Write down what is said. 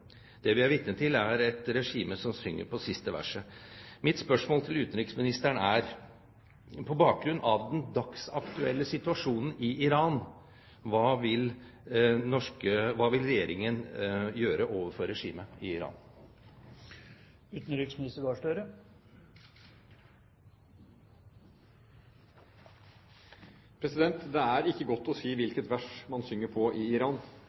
det. Det vi er vitne til, er et regime som synger på siste verset. Mitt spørsmål til utenriksministeren er: På bakgrunn av den dagsaktuelle situasjonen i Iran, hva vil Regjeringen gjøre overfor regimet i Iran? Det er ikke godt å si hvilket vers man synger på i Iran.